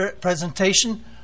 presentation